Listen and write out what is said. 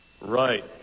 Right